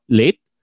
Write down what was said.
late